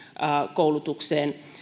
koulutukseen